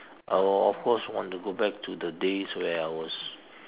I will of course want to go back to the days where I was